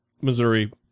Missouri